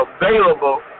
available